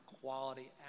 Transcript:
quality